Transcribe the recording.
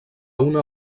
una